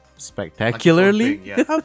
Spectacularly